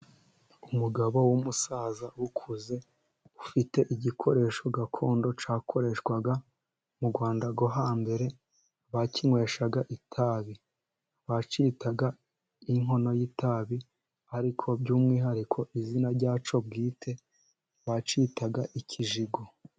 Umugabo w'umusaza ukuze ufite igikoresho gakondo cyakoreshwaga mu Rwanda rwo hambere, bakinyweshaga itabi, bacyitaga inkono y'itabi, ariko by'umwihariko izina ryacyo bwite bacyitaga ikijigo.